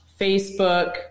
Facebook